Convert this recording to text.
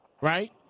right